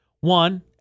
One